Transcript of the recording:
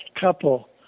couple